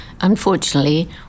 unfortunately